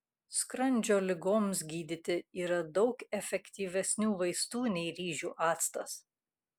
skrandžio ligoms gydyti yra daug efektyvesnių vaistų nei ryžių actas